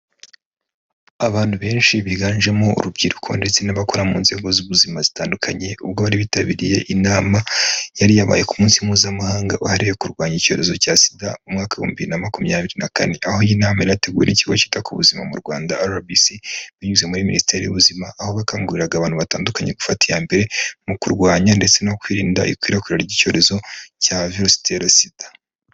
Abantu benshi biganjemo urubyiruko ndetse n'abakora mu nzego z'ubuzima zitandukanye ubwo bari bitabiriye inama yari yabaye ku munsi mpuzamahanga wahariwe kurwanya icyorezo cya SIDA, umwaka w'ibihumbi bibiri na makumyabiri na kane. Aho iyi inama yari yateguwe n ikigo cyita ku buzima mu Rwanda RBC binyuze muri Minisiteri y'ubuzima, aho bakanguriraga abantu batandukanye gufata iya mbere mu kurwanya ndetse no kwirinda ikwirakwira ry'icyorezo cya virusi itera SIDA.